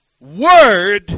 Word